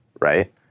right